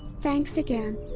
thanks again.